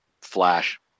flash